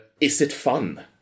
is-it-fun